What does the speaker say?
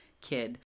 kid